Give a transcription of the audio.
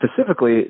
specifically